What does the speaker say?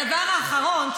הדבר האחרון,